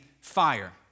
fire